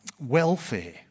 welfare